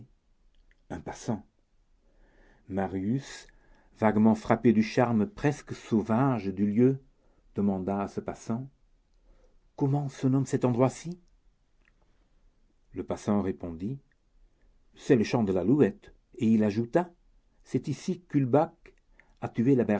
un passant marius vaguement frappé du charme presque sauvage du lieu demanda à ce passant comment se nomme cet endroit ci le passant répondit c'est le champ de l'alouette et il ajouta c'est ici qu'ulbach a tué